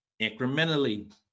Incrementally